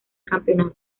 campeonato